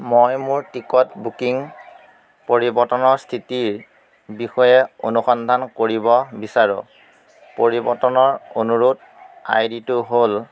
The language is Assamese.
মই মোৰ টিকট বুকিং পৰিৱৰ্তনৰ স্থিতিৰ বিষয়ে অনুসন্ধান কৰিব বিচাৰোঁ পৰিৱৰ্তনৰ অনুৰোধ আই ডিটো হ'ল